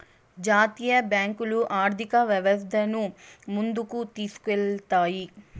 జాతీయ బ్యాంకులు ఆర్థిక వ్యవస్థను ముందుకు తీసుకెళ్తాయి